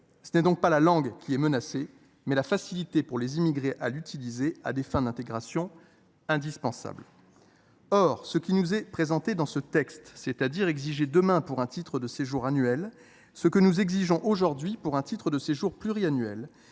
C’est donc non pas la langue qui est menacée, mais la facilité pour les immigrés à l’utiliser à des fins d’intégration indispensable. Or ce qui nous est présenté au moyen de ce texte, c’est à dire exiger demain pour un titre de séjour annuel ce que nous exigeons aujourd’hui pour un titre de séjour pluriannuel,